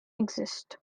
exist